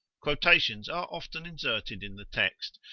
quotations are often inserted in the text,